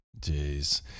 Jeez